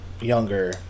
younger